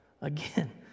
Again